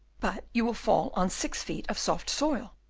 but you will fall on six feet of soft soil!